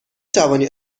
توانی